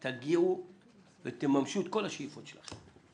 תגיעו ותממשו את כל השאיפות שלכם,